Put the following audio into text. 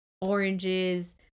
oranges